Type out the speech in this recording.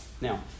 Now